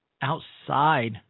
outside